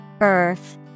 Earth